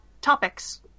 topics